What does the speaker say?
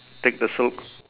take the silk